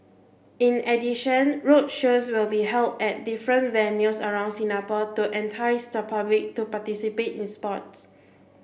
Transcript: in addition roadshows will be held at different venues around Singapore to entice the public to participate in sports